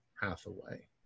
Hathaway